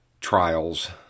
trials